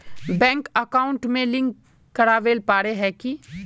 Bank account में link करावेल पारे है की?